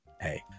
Hey